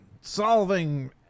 solving